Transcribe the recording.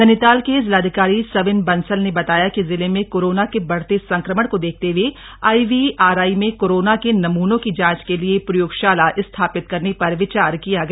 नैनीताल के जिलाधिकारी सविन बसंल ने बताया कि जिले में कोरोना के बढ़ते संक्रमण को देखते हए आईवीआरआई में कोरोना के नमूनों की जांच के लिए प्रयोगशाला स्थापित करने पर विचार किया गया